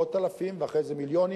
מאות אלפים ואחרי זה מיליונים,